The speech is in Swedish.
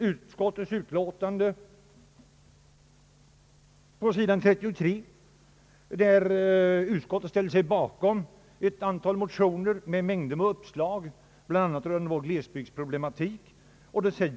Utskottet har ställt sig bakom ett antal motioner med en mängd olika uppslag, bl.a. rörande glesbygdsproblematiken, och säger på sid.